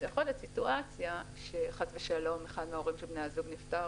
זו יכולה להיות סיטואציה שחס ושלום אחד מההורים של בני הזוג נפטר